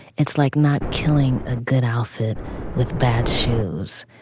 it's like not killing a good outfit with bad shoes,